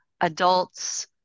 adults